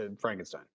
Frankenstein